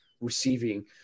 receiving